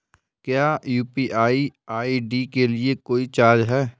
क्या UPI ID के लिए कोई चार्ज है?